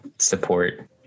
support